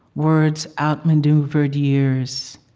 words outmaneuvered years,